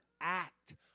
act